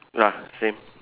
ya same